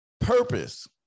purpose